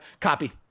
Copy